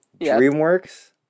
DreamWorks